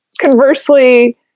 conversely